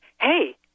hey